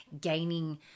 gaining